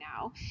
now